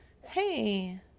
Hey